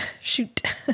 shoot